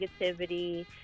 negativity